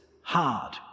hard